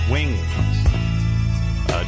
Wings